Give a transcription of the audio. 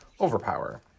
Overpower